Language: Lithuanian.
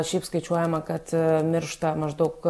šiaip skaičiuojama kad miršta maždaug